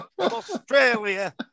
Australia